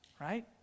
right